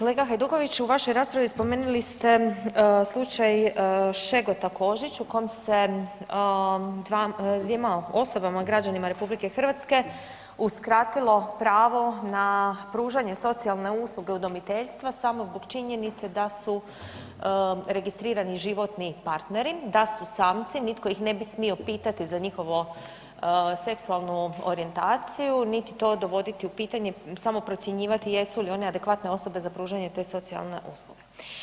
Kolega Hajdukoviću u vašoj raspravi spomenuli ste slučaj Šegota-Kožić u kojem se dvjema osobama građanima RH uskratilo pravo na pružanje socijalne usluge udomiteljstva samo zbog činjenice da su registrirani životni partneri, da su samci nitko ih ne bi smio pitati za njihovu seksualnu orijentaciju niti to dovoditi u pitanje, samo procjenjivati jesu li oni adekvatne osobe za pružanje te socijalne usluge.